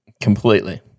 Completely